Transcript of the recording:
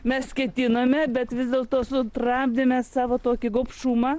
mes ketinome bet vis dėlto sutramdėme savo tokį gobšumą